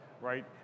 right